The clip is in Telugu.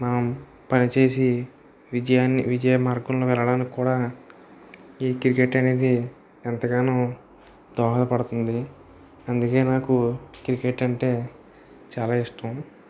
మనం పనిచేసి విజయాన్ని విజయమార్గంలో వెళ్లడానికి కూడా ఈ క్రికెట్ అనేది ఎంతగానో దోహదపడుతుంది అందుకే నాకు క్రికెట్ అంటే చాలా ఇష్టం